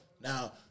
now